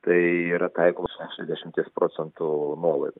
tai yra taikoma šešiasdešimties procentų nuolaida